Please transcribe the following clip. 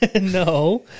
No